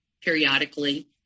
periodically